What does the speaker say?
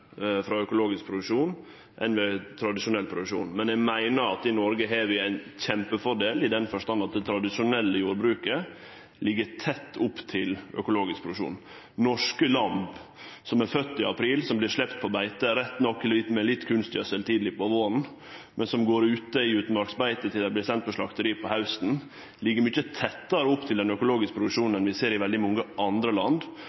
frå økologisk produksjon enn frå tradisjonell produksjon. Eg meiner at i Noreg har vi ein kjempefordel, i den forstand at det tradisjonelle jordbruket ligg tett opp til økologisk produksjon. Norske lam som er fødde i april, som vert sleppte på beite – rett nok med litt kunstgjødsel tidleg på våren – og som går ute i utmarksbeite til dei vert sende til slakteriet på hausten, ligg mykje tettare opp til den økologiske produksjonen enn vi ser i veldig mange andre land.